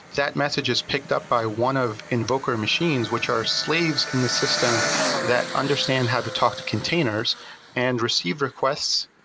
that message is picked up by one of invoker machines, which are slaves in the system that understand how to talk to containers and receive requests,